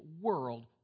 world